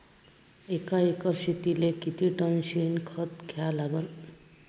एका एकर शेतीले किती टन शेन खत द्या लागन?